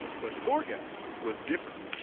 but thorgest was different.